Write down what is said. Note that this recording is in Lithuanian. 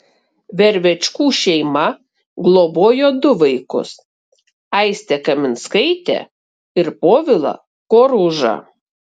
vervečkų šeima globojo du vaikus aistę kaminskaitę ir povilą koružą